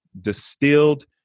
distilled